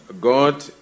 God